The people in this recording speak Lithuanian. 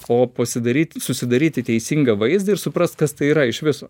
o pasidaryt susidaryti teisingą vaizdą ir suprast kas tai yra iš viso